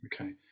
okay